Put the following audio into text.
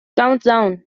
countdown